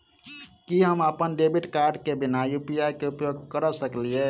की हम अप्पन debit card केँ बिना यु.पी.आई केँ उपयोग करऽ सकलिये?